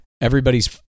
everybody's